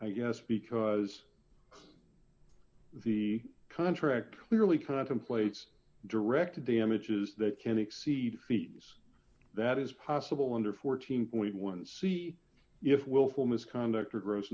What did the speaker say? i guess because the contract clearly contemplates directed the images that can exceed feeds that is possible under fourteen point one see if willful misconduct or gross